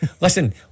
Listen